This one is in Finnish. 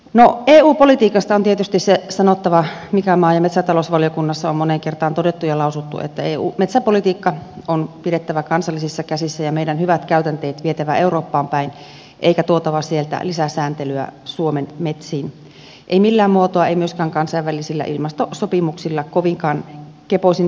no eu politiikasta on tietysti se sanottava mikä maa ja metsätalousvaliokunnassa on moneen kertaan todettu ja lausuttu että metsäpolitiikka on pidettävä kansallisissa käsissä ja meidän hyvät käytänteet vietävä eurooppaan päin eikä tuotava sieltä lisäsääntelyä suomen metsiin ei millään muotoa ei myöskään kansainvälisillä ilmastosopimuksilla kovinkaan kepoisin perustein